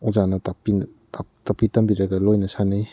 ꯑꯣꯖꯥꯅ ꯇꯥꯛꯄꯤ ꯇꯝꯕꯤꯔꯒ ꯂꯣꯏꯅ ꯁꯥꯟꯅꯩ